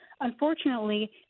unfortunately